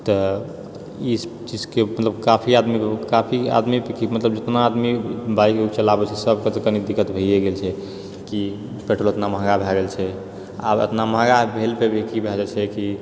तऽ ई चीजके मतलब काफी आदमी काफी आदमी कि मतलब जितना आदमी बाइक चलाबै छै सबके तऽ कनी दिक्कत भइये गेल छै कि पेट्रोल एतना महँगा भए गेल छै आब एतना महगा भेल पे भी की भए गेल छै कि